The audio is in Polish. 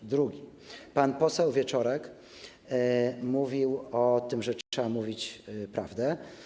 Po drugie, pan poseł Wieczorek mówił o tym, że trzeba mówić prawdę.